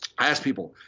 ask people,